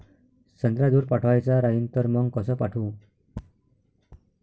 संत्रा दूर पाठवायचा राहिन तर मंग कस पाठवू?